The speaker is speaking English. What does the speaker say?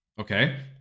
Okay